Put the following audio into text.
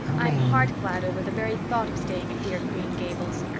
i'm heart glad over the very thought of staying at dear green gables.